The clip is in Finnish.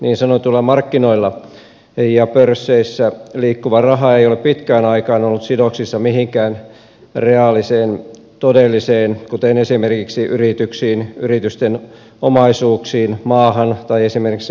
niin sanotuilla markkinoilla ja pörsseissä liikkuva raha ei ole pitkään aikaan ollut sidoksissa mihinkään reaaliseen todelliseen kuten esimerkiksi yrityksiin yritysten omaisuuksiin maahan tai esimerkiksi asuntoihin